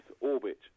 orbit